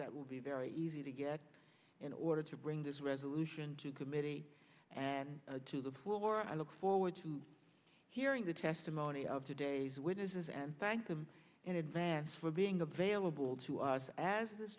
that will be very easy to get in order to bring this resolution to committee and to the floor i look forward to hearing the testimony of today's witnesses and thank them in advance for being available to us as this